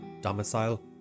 domicile